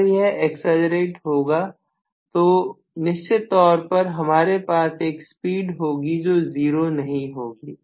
अगर यह एक्सीलरेट होता है तो निश्चित तौर पर हमारे पास एक स्पीड होगी जो जीरो नहीं होगी